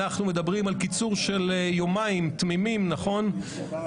אנחנו מדברים על קיצור של יומיים תמימים, נכון?